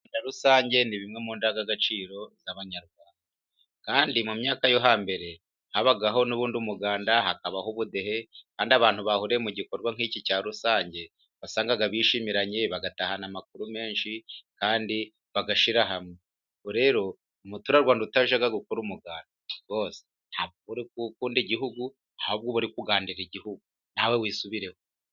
Umuganda rusange ni bimwe mu ndangagaciro z'Abanyarwanda, kandi mu myaka yo hambere habagaho n'ubundi umuganda, hakabaho ubudehe. Kandi abantu bahuriye mu gikorwa nk'iki cya rusange, wasangaga bishimiranye bagatahana amakuru menshi, kandi bagashyira hamwe. Rero umuturarwanda utajya gukora umuganda ntabwo ukunda Igihugu ahubwo uba uri kugandira Igihugu. Nawe wisubireho.